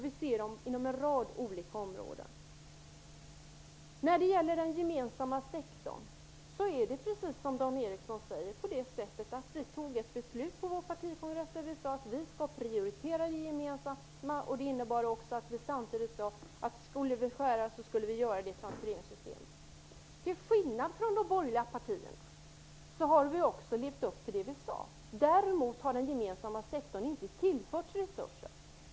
Vi ser dem inom en rad olika områden. När det gäller den gemensamma sektorn är det precis som Dan Ericsson säger på det sättet att vi tog ett beslut på vår partikongress där vi sade att vi skall prioritera det gemensamma. Det innebar att vi samtidigt sade att om vi skulle skära skulle vi göra det i transfereringssystem. Till skillnad från de borgerliga partierna har vi levt upp till det vi sade. Däremot har den gemensamma sektorn inte tillförts resurser.